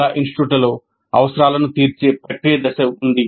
చాలా ఇన్స్టిట్యూట్లలో అవసరాలను తీర్చే ప్రక్రియ దశ ఉంది